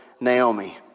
Naomi